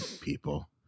people